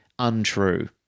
untrue